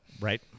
Right